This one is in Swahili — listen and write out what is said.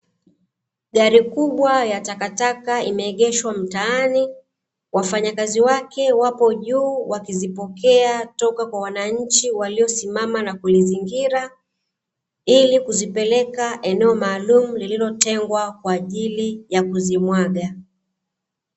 Gari kubwa ya takataka imeegeshwa mtaani, wafanyakazi wake wapo juu wakizipokea toka kwa wananchi waliosimama na kulizingira, ili kuzipeleka eneo maalumu lililotengwa kwa ajili ya kuzimwaga.